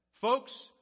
Folks